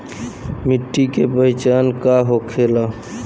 मिट्टी के पहचान का होखे ला?